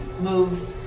move